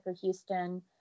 Houston